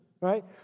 right